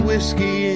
whiskey